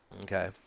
Okay